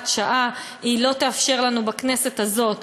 שעה לא תאפשר לנו לחוקק את החוק בכנסת הזאת.